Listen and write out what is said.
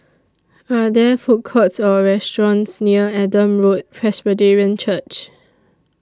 Are There Food Courts Or restaurants near Adam Road Presbyterian Church